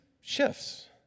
shifts